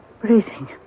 breathing